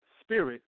spirit